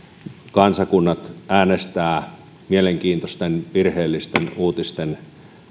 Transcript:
kansakunnat äänestävät mielenkiintoisten virheellisten uutisten